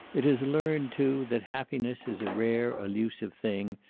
it has learned, too, that happiness is a rare elusive thing,